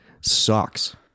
sucks